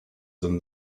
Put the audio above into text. than